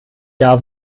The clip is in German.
jahr